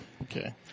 Okay